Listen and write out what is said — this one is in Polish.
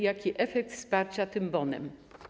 Jakie są efekty wsparcia tym bonem?